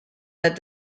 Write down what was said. that